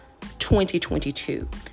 2022